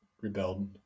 rebelled